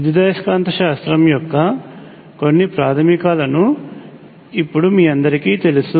విద్యుదయస్కాంతశాస్త్రం యొక్క కొన్ని ప్రాథమికాలను ఇప్పుడు మీ అందరికీ తెలుసు